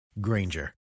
Granger